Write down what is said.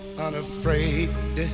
unafraid